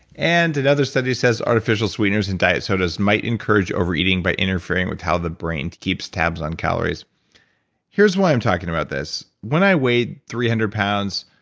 and another study says artificial sweeteners in diet sodas might encourage overeating by interfering with how the brain keeps tabs on calories here's why i'm talking about this, when i weighed three hundred pounds,